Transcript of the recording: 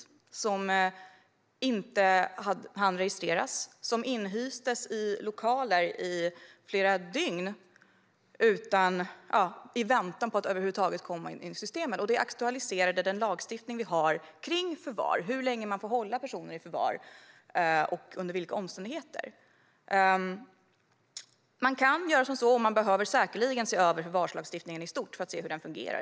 De hann inte registreras och inhystes i lokaler i flera dygn i väntan på att över huvud taget komma in i systemet. Det aktualiserade den lagstiftning vi har när det gäller förvar, hur länge man får hålla personer i förvar och under vilka omständigheter. Lagstiftningen behöver säkerligen ses över i fråga om förvar i stort.